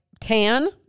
tan